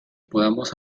podamos